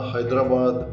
Hyderabad